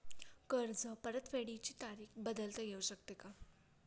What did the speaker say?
कर्ज परतफेडीची तारीख बदलता येऊ शकते का?